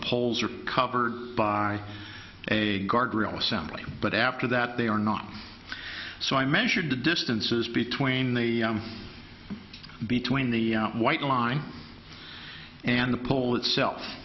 poles are covered by a guardrail assembly but after that they are not so i measured the distances between the between the white line and the pole itself